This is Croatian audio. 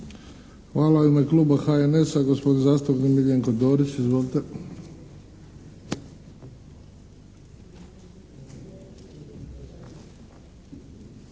Hvala. U ime kluba HNS-a, gospodin zastupnik Miljenko Dorić. Izvolite.